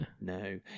no